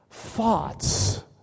thoughts